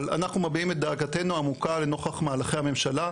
אבל אנחנו מביעים את דאגתנו העמוקה לנוכח מהלכי הממשלה,